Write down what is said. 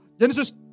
Genesis